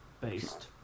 Based